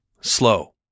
slow